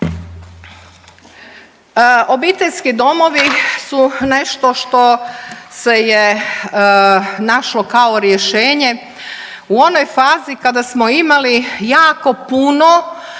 Obiteljski domovi su nešto što se je našlo kao rješenje u onoj fazi kada smo imali jako puno